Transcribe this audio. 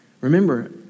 Remember